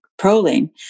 proline